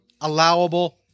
allowable